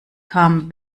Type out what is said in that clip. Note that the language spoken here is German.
kam